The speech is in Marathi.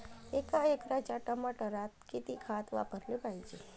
एका एकराच्या टमाटरात किती खत वापराले पायजे?